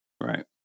right